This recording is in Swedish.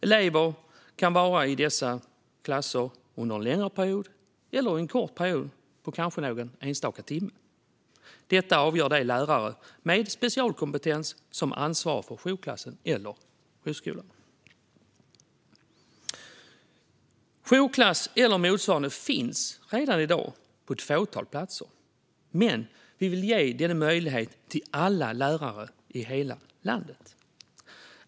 Elever kan vara i en sådan klass under en längre eller kortare period, kanske någon enstaka timme. Detta avgör de lärare med specialkompetens som ansvarar för jourklassen eller jourskolan. Jourklass eller motsvarande finns redan i dag på ett fåtal platser, men vi vill ge denna möjlighet till alla lärare i hela landet.